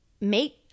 make